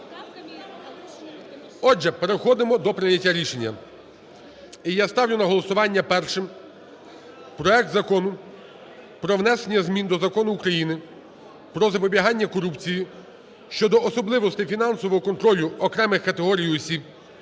Отже, переходимо до прийняття рішення. І я ставлю на голосування першим проект Закону про внесення змін до Закону України "Про запобігання корупції" щодо особливостей фінансового контролю окремих категорій осіб